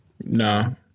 No